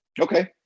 Okay